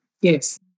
yes